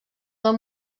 del